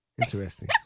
Interesting